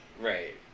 Right